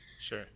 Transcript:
sure